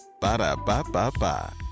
Ba-da-ba-ba-ba